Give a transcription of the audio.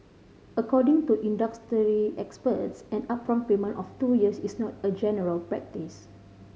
according to industry experts an upfront payment of two years is not a general practice